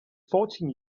fourteen